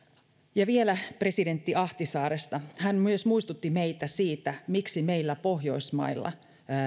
ja vielä presidentti ahtisaaresta hän myös muistutti meitä siitä miksi meillä pohjoismailla